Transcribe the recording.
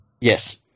Yes